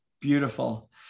beautiful